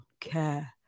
care